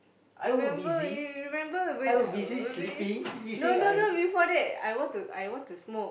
remember you remember when uh be~ no no no before that I want to I want to smoke